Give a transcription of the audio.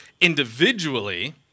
individually